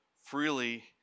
Freely